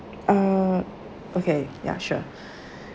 ah okay ya sure